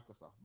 Microsoft